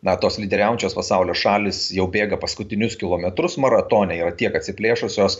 na tos lyderiaujančios pasaulio šalys jau bėga paskutinius kilometrus maratone yra tiek atsiplėšusios